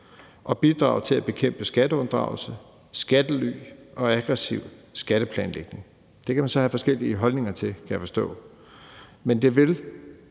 og bidrage til at bekæmpe skatteunddragelse, skattely og aggressiv skatteplanlægning. Det kan man så have forskellige holdninger til, kan jeg forstå,